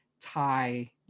Thai